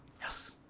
Yes